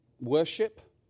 worship